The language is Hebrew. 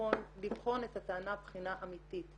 ונכון לבחון את הטענה בחינה אמיתית.